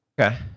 Okay